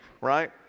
Right